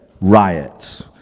riots